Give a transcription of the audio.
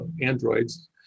androids